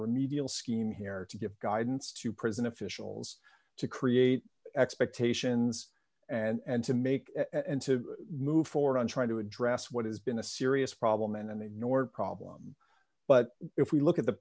remedial scheme here to give guidance to prison officials to create expectations and to make and to move forward on trying to address what has been a serious problem and ignored problems but if we look at the